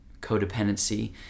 codependency